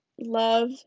love